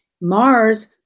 Mars